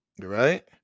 right